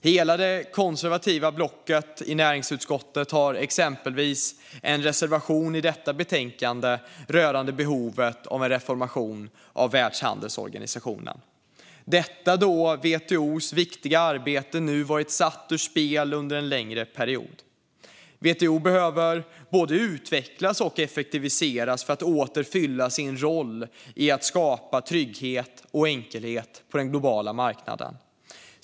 Hela det konservativa blocket i näringsutskottet har exempelvis en reservation i detta betänkande rörande behovet av en reformation av Världshandelsorganisationen. Detta då WTO:s viktiga arbete nu varit satt ur spel under en längre period. WTO behöver både utvecklas och effektiviseras för att åter fylla sin roll i att skapa trygghet och enkelhet på den globala marknaden.